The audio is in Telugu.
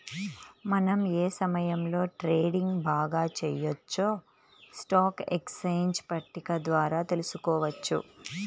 మనం ఏ సమయంలో ట్రేడింగ్ బాగా చెయ్యొచ్చో స్టాక్ ఎక్స్చేంజ్ పట్టిక ద్వారా తెలుసుకోవచ్చు